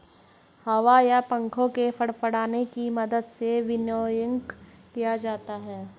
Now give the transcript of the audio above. हवा या पंखों के फड़फड़ाने की मदद से विनोइंग किया जाता है